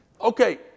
Okay